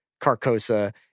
Carcosa